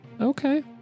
Okay